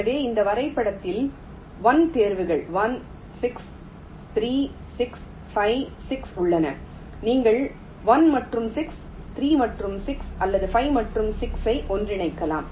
எனவே இந்த வரைபடத்தில் 1 தேர்வுகள் 1 6 3 6 5 6 உள்ளன நீங்கள் 1 மற்றும் 6 3 மற்றும் 6 அல்லது 5 மற்றும் 6 ஐ ஒன்றிணைக்கலாம்